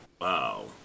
Wow